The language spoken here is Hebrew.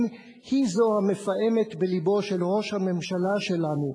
היא המפעמת בלבו של ראש הממשלה שלנו,